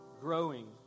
growing